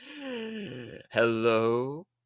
Hello